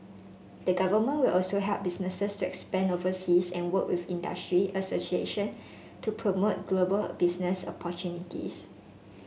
the government will also help businesses to expand overseas and work with industry association to promote global business opportunities